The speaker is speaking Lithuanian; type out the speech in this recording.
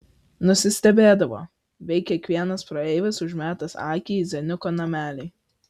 nusistebėdavo veik kiekvienas praeivis užmetęs akį į zeniuko namelį